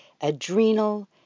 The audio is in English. adrenal